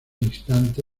instante